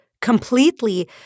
completely